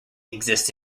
exist